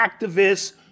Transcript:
activists